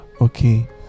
Okay